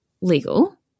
Legal